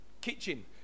kitchen